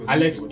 Alex